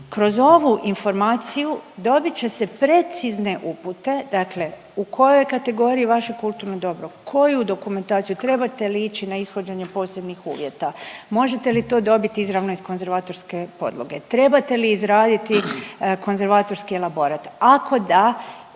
kroz ovu informaciju dobit će se precizne upute, dakle u kojoj kategoriji vaše kulturno dobro, koju dokumentaciju, trebate li ići na ishođenje posebnih uvjeta, možete li to dobiti izravno iz konzervatorske podloge, trebate li izraditi konzervatorski elaborat, ako da,